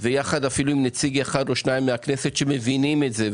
ואפילו יחד עם נציג אחד או שניים מהכנסת שמבינים את זה,